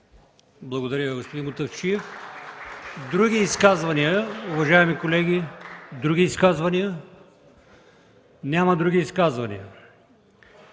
Благодаря Ви, господин Мутафчиев. Други изказвания, уважаеми колеги, има ли? Няма други изказвания.